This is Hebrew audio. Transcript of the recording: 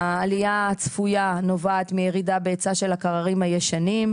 העלייה הצפויה נובעת מירידה בהיצע של הקררים הישנים.